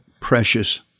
precious